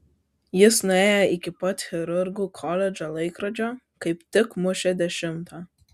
jis nuėjo iki pat chirurgų koledžo laikrodžio kaip tik mušė dešimtą